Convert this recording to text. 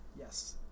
Yes